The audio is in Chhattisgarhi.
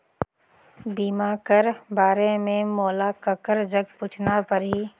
बीमा कर बारे मे मोला ककर जग पूछना परही?